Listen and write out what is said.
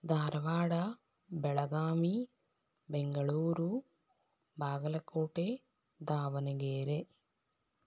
Dharwad Belagavi Bengaluru Bagalkote Davanagere